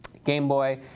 gameboy.